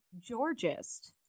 Georgist